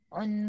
on